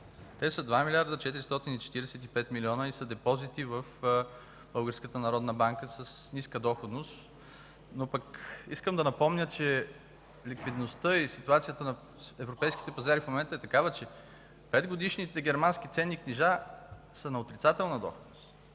Те са 2 млрд. 445 милиона и са депозити в Българската народна банка с ниска доходност. Искам да напомня, че ликвидността и ситуацията на европейските пазари в момента е такава, че 5-годишните германски ценни книжа са на отрицателна доходност.